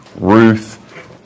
Ruth